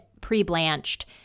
pre-blanched